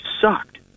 sucked